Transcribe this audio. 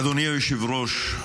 אדוני היושב-ראש,